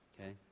Okay